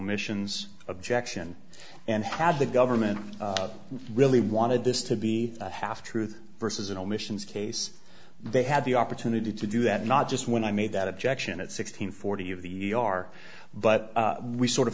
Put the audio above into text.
missions objection and how the government really wanted this to be a half truth versus in omissions case they had the opportunity to do that not just when i made that objection at sixteen forty of the yar but we sort of